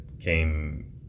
came